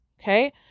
Okay